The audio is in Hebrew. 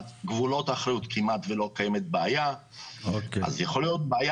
גבולות אחריות כמעט ולא קיימת בעיה אז יכולה להיות בעיה